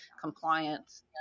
compliance